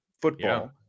football